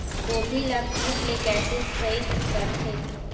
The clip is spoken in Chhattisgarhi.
गोभी ल कीट ले कैसे सइत करथे?